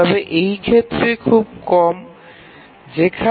তবে এই রকম ক্ষেত্র খুব কমই হয়